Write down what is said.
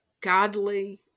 godly